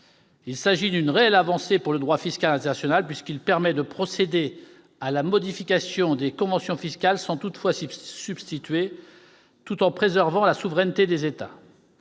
Il s'agit d'une réelle avancée pour le droit fiscal international, puisqu'il permet de procéder à la modification des conventions fiscales, sans toutefois s'y substituer, tout en préservant la souveraineté des États.